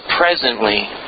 presently